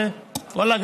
ואללה,